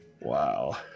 Wow